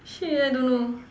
shit I don't know